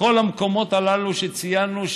כל המקומות הללו שציינו,